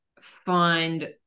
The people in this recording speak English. find